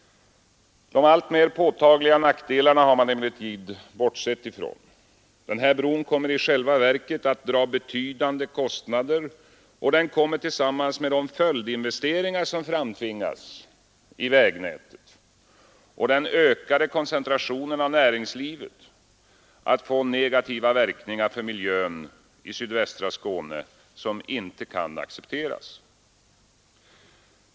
De alltmer påtagliga nackdelarna har man emellertid bortsett från. Den här bron kommer i själva verket att dra betydande kostnader och den kommer tillsammans med de följdinvesteringar som framtvingas i vägnätet och den ökade koncentrationen av näringslivet att få negativa verkningar för miljön i sydvästra Skåne som inte kan accepteras.